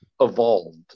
evolved